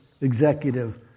executive